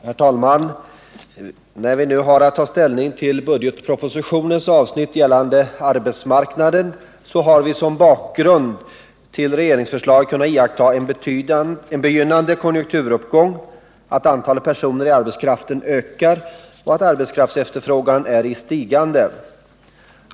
Herr talman! När vi nu har att ta ställning till budgetpropositionens avsnitt gällande arbetsmarknaden har vi som bakgrund till regeringsförslaget kunnat iaktta en begynnande konjunkturuppgång — antalet personer i arbetskraften ökar, och arbetskraftsefterfrågan är i stigande.